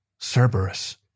Cerberus